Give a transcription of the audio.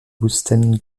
holstein